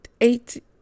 eight